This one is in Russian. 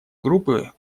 группы